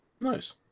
Nice